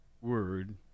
word